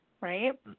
Right